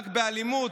רק באלימות,